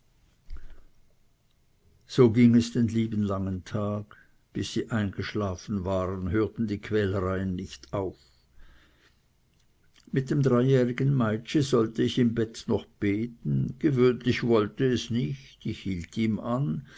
so ging es den lieben langen tag bis sie eingeschlafen waren hörten die quälereien nicht auf mit dem dreijährigen meitschi sollte ich im bett noch beten gewöhnlich wollte es nicht ich hielt ihm an